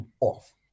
off